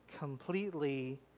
Completely